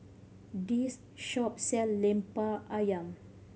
this shop sell Lemper Ayam